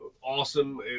awesome